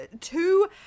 two